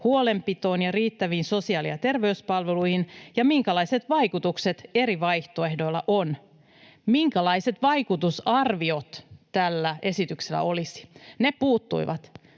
huolenpitoon ja riittäviin sosiaali- ja terveyspalveluihin ja minkälaiset vaikutukset eri vaihtoehdoilla on”, minkälaiset vaikutusarviot tällä esityksellä olisi. Ne puuttuivat.